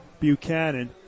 Buchanan